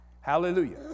Hallelujah